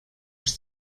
ich